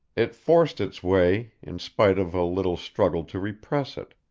it forced its way, in spite of a little struggle to repress it.